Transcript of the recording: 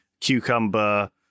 cucumber